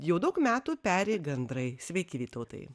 jau daug metų peri gandrai sveiki vytautai